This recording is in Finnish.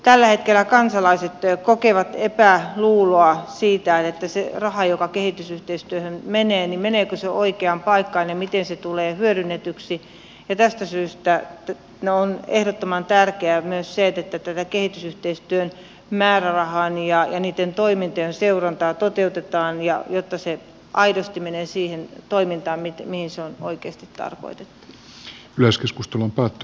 tällä hetkellä kansalaiset kokevat epäluuloa siitä että meneekö se raha joka kehitysyhteistyöhön menee oikeaan paikkaan ja miten se tulee hyödynnetyksi ja tästä syystä on ehdottoman tärkeää myös se että kehitysyhteistyön määrärahan ja niitten toimintojen seurantaa toteutetaan jotta se aidosti menee siihen toimintaan mihin se on oikeasti tarkoitettu